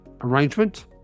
arrangement